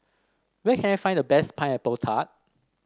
where can I find the best Pineapple Tart